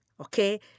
Okay